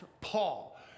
Paul